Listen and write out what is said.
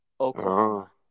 Oklahoma